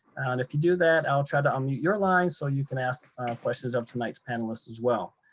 if you do that, i'll try to unmute your line so you can ask a questions of tonight's panelists as well.